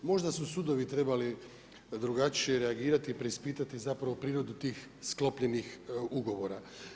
Možda su sudovi trebali drugačije reagirati, preispitati zapravo prirodu tih sklopljenih ugovora.